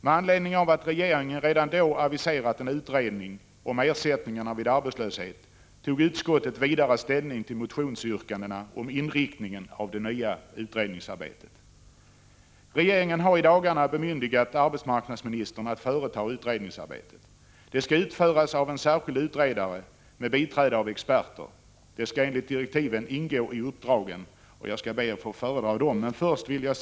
Med anledning av att regeringen redan då aviserat en utredning om ersättningarna vid arbetslöshet, tog utskottet vidare ställning till motionsyrkandena om inriktningen av det nya utredningsarbetet. Regeringen har i dagarna bemyndigat arbetsmarknadsministern att företa utredningsarbetet. Det skall utföras av en särskild utredare med biträde av experter. Jag skall senare föredra vad som enligt direktiven skall ingå i uppdraget, men först vill jag något kommentera Lars-Ove Hagbergs inlägg.